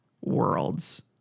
Worlds